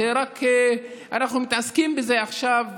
אנחנו מתעסקים בזה עכשיו,